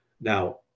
Now